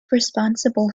responsible